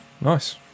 Nice